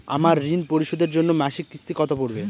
আমার ঋণ পরিশোধের জন্য মাসিক কিস্তি কত পড়বে?